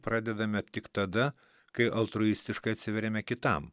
pradedame tik tada kai altruistiškai atsiveriame kitam